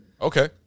Okay